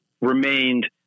remained